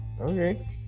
Okay